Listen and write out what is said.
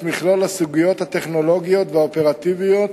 מכלול הסוגיות הטכנולוגיות והאופרטיביות